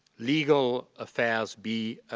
legal affairs be